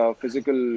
physical